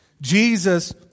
Jesus